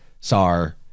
sar